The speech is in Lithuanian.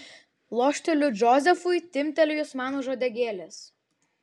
lošteliu džozefui timptelėjus man už uodegėlės